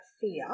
fear